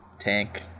tank